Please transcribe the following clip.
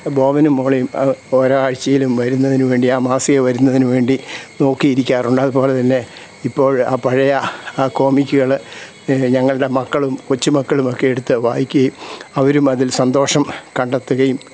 ബോബനും മോളിയും ഓരോ ആഴ്ച്ചയിലും വരുന്നതിനു വേണ്ടി ആ മാസിക വരുന്നതിനു വേണ്ടി നോക്കിയിരിക്കാറുണ്ട് അതുപോലെ തന്നെ ഇപ്പോൾ ആ പഴയ ആ കോമിക്കുകൾ ഞങ്ങളുടെ മക്കളും കൊച്ചുമക്കളുമൊക്കെ എടുത്ത് വായിക്കുകയും അവരും അതിൽ സന്തോഷം കണ്ടെത്തുകയും